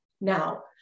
now